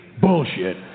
bullshit